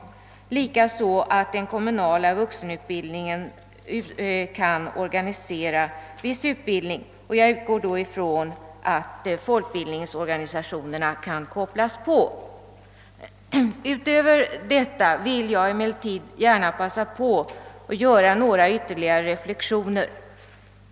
Likaså är det tillfredsställande att den kommunala vuxenutbildningen kan organisera viss utbildning. Jag utgår då ifrån att folkbildningsorganisationerna kan kopplas in. Därutöver vill jag emellertid gärna passa på att göra några ytterligare reflexioner.